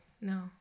no